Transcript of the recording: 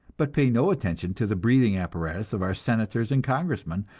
but pay no attention to the breathing apparatus of our senators and congressmen,